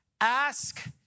Ask